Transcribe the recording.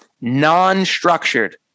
Non-structured